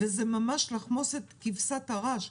זה ממש לחמוס את כבשת הרש.